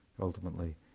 ultimately